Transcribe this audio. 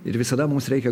ir visada mums reikia